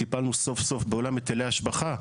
טיפלנו סוף-סוף בעולם היטלי ההשבחה,